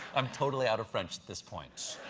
i'm totally out of french at this point.